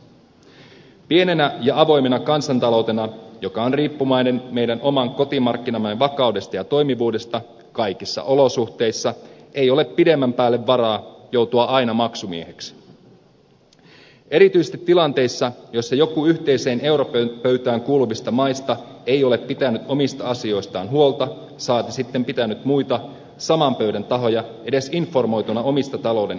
meillä pienenä ja avoimena kansantaloutena joka on riippuvainen meidän oman kotimarkkinamme vakaudesta ja toimivuudesta kaikissa olosuhteissa ei ole pidemmän päälle varaa joutua aina maksumieheksi erityisesti tilanteissa jossa joku yhteiseen europöytään kuuluvista maista ei ole pitänyt omista asioistaan huolta saati sitten pitänyt muita saman pöydän tahoja edes informoituina omista talouden ongelmistaan